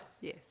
Yes